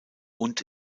und